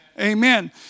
Amen